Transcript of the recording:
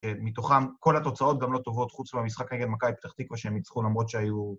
מתוכם כל התוצאות גם לא טובות חוץ מהמשחק נגד מכבי פתח תקווה שהם ניצחו למרות שהיו...